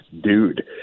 dude